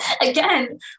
Again